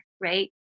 right